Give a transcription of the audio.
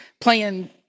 playing